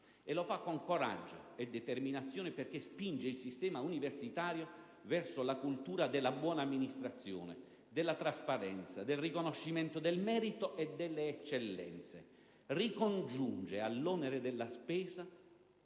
E lo fa con coraggio e determinazione perché spinge il sistema universitario verso la cultura della buona amministrazione, della trasparenza e del riconoscimento del merito e delle eccellenze. Essa ricongiunge all'onore della spesa